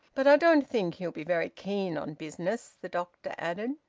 but i don't think he'll be very keen on business, the doctor added.